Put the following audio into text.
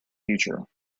future